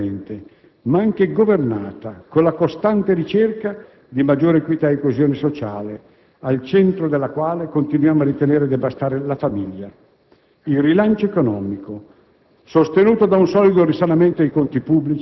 Come dicevo in precedenza, la crescita va incentivata ulteriormente, ma anche governata con la costante ricerca di maggiore equità e coesione sociale, al centro della quale continuiamo a ritenere debba stare la famiglia.